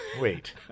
Wait